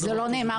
זה לא נאמר.